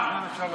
בדיחה.